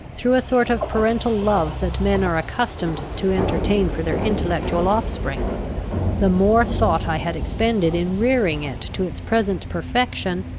through a sort of parental love that men are accustomed to entertain for their intellectual offspring the more thought i had expended in rearing it to its present perfection,